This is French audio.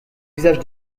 usage